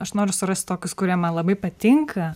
aš noriu surast tokius kurie man labai patinka